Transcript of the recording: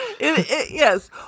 yes